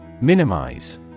Minimize